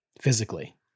physically